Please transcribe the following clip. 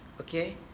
okay